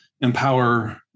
empower